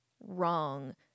wrong